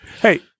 hey